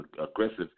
aggressive